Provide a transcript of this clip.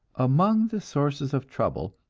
among the sources of trouble,